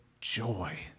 joy